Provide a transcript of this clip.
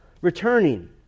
returning